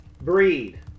Breed